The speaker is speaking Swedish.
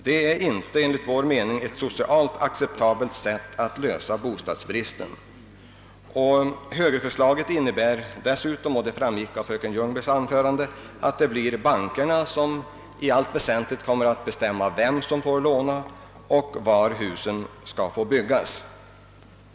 Det är enligt vår mening ett socialt icke acceptabeli sätt att avhjälpa bostadsbristen: Högerförslaget innebär dessutom — det framgick av fröken Ljungbergs anförande — att det blir bankerna som i allt väsentligt kommer att bestämma vem som får låna och var husen skall byggas.